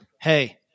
Hey